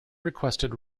requested